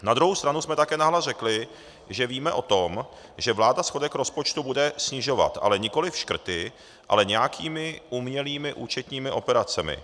Na druhou stranu jsme také nahlas řekli, že víme o tom, že vláda schodek rozpočtu bude snižovat, ale nikoliv škrty, ale nějakými umělými účetními operacemi.